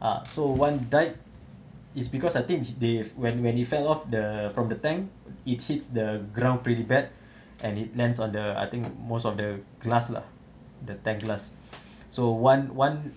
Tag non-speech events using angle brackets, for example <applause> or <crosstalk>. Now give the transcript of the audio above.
ah so one died is because I think they when when it fell off the from the tank it hits the ground pretty bad <breath> and it lands on the I think most of the glass lah the tank glass <breath> so one one